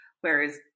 whereas